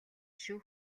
шүү